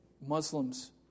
Muslims